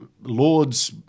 lords